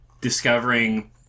discovering